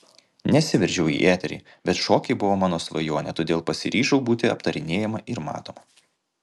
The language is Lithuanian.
nesiveržiau į eterį bet šokiai buvo mano svajonė todėl pasiryžau būti aptarinėjama ir matoma